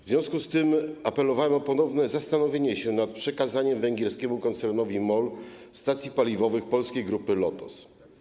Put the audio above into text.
W związku z tym apelowałem o ponowne zastanowienie się nad przekazaniem węgierskiemu koncernowi MOL stacji paliwowych polskiej Grupy Lotos.